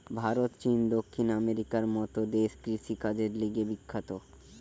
ভারত, চীন, দক্ষিণ আমেরিকার মত দেশ কৃষিকাজের লিগে বিখ্যাত